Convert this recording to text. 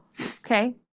okay